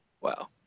Wow